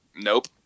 Nope